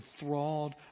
enthralled